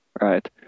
Right